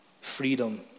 freedom